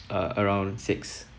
uh around six